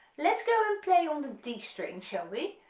let's go, and play on the d string shall we?